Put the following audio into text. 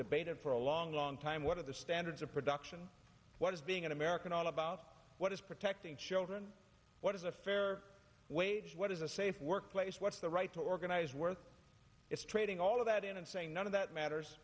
debated for a long long time what are the standards of production what is being an american all about what is protecting children what is a fair wage what is a safe workplace what's the right to organize work it's trading all of that in and saying none of that matters